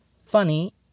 funny